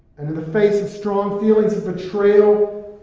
and in the face of strong feelings of betrayal,